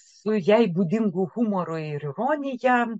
su jai būdingu humoru ir ironija